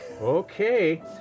Okay